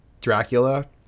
Dracula